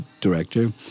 director